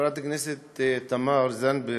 חברת הכנסת תמר זנדברג,